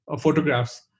photographs